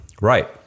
right